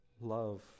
love